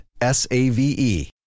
S-A-V-E